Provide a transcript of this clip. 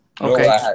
Okay